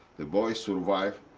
the boy survived,